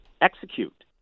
execute